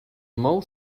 mou